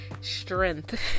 Strength